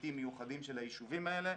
היבטים מיוחדים של היישובים האלה,